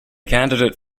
candidate